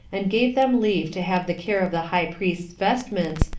and gave them leave to have the care of the high priest's vestments,